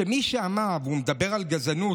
הוא מדבר על גזענות,